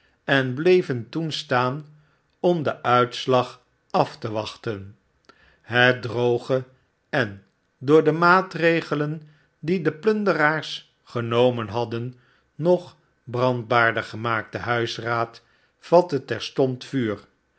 en bleven toen staan om den uitslag af te wachten het droge en door de maatregelen die de plunderaars genomen hadden nog brandbaarder gemaakte huisraad vatte terstondr vuur